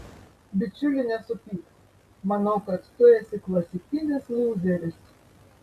bičiuli nesupyk manau kad tu esi klasikinis lūzeris